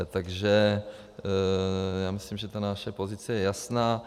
Takže já myslím, že ta naše pozice je jasná.